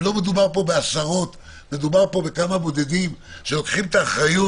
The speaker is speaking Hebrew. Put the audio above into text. ולא מדובר פה בעשרות אלא בכמה בודדים שלוקחים את האחריות.